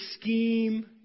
scheme